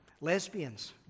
lesbians